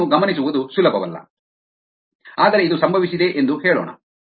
ಇದನ್ನು ಗಮನಿಸುವುದು ಸುಲಭವಲ್ಲ ಆದರೆ ಇದು ಸಂಭವಿಸಿದೆ ಎಂದು ಹೇಳೋಣ